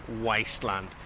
wasteland